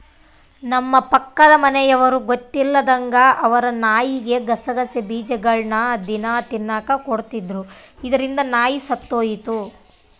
ನಮ್ಮ ಪಕ್ಕದ ಮನೆಯವರು ಗೊತ್ತಿಲ್ಲದಂಗ ಅವರ ನಾಯಿಗೆ ಗಸಗಸೆ ಬೀಜಗಳ್ನ ದಿನ ತಿನ್ನಕ ಕೊಡ್ತಿದ್ರು, ಇದರಿಂದ ನಾಯಿ ಸತ್ತೊಯಿತು